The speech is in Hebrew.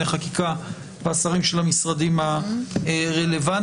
חקיקה והשרים של המשרדים הרלוונטיים,